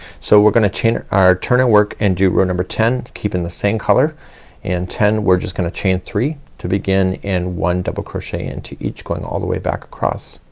so we're gonna chain, or turn of work and do row number ten keeping the same color and ten we're just gonna chain three to begin in one double crochet into each going all the way back across.